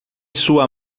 sua